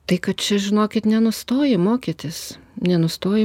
tai kad čia žinokit nenustoji mokytis nenustoji